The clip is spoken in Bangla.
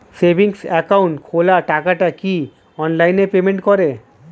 সেভিংস একাউন্ট খোলা টাকাটা কি অনলাইনে পেমেন্ট করে?